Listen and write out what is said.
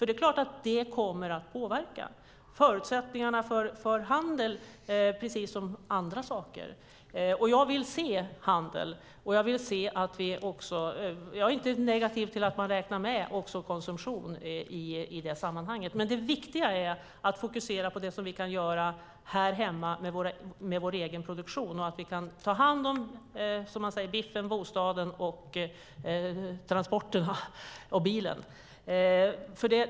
Det kommer naturligtvis att påverka förutsättningar för handel, precis som andra saker. Jag vill se handel, och jag är inte negativ till att man räknar med konsumtion i det sammanhanget. Men det viktiga är att fokusera på det vi kan göra här hemma med vår egen produktion och att vi kan ta hand om det man kallar biffen, bostaden och bilen.